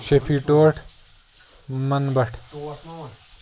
شفیع ٹوٹھ منہٕ بٹ ٹوٹھ مَہ وَن